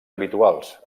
habituals